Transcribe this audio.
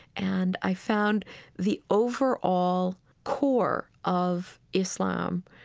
and i found the overall core of islam,